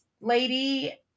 lady